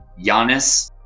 Giannis